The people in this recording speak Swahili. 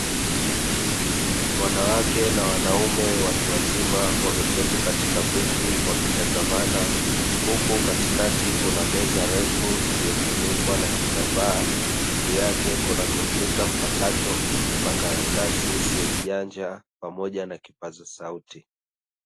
Wanawake na wanaume wameketi katika viti wakitazamana huku katikati yao kukiwa na meza ndefu iliyofunikwa na kitambaa. Juu yake kuna kompyuta mpakato, simu janja na makaratasi.